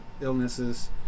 illnesses